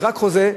זה רק חוזה,